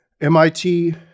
MIT